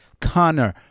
Connor